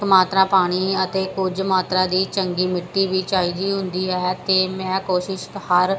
ਕੁ ਮਾਤਰਾ ਪਾਣੀ ਅਤੇ ਕੁਝ ਮਾਤਰਾ ਦੀ ਚੰਗੀ ਮਿੱਟੀ ਵੀ ਚਾਹੀਦੀ ਹੁੰਦੀ ਹੈ ਅਤੇ ਮੈਂ ਕੋਸ਼ਿਸ਼ ਹਰ